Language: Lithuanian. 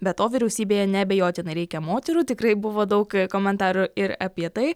be to vyriausybėje neabejotinai reikia moterų tikrai buvo daug komentarų ir apie tai